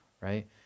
right